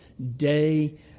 day